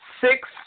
six